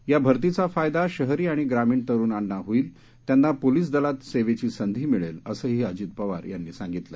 या भर्तीचा फायदा शहरी आणि ग्रामीण तरुणांना होईल त्यांना पोलिस दलात सेवेची संधी मिळेल असही अजित पवार यांनी सांगितलं